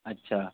اچھا